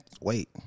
wait